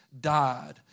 died